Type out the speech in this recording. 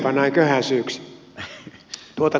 puhuja yskäisi